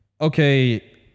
okay